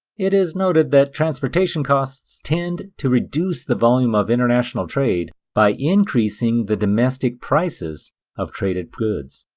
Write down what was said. it is noted that transportation costs tend to reduce the volume of international trade by increasing the domestic prices of traded goods.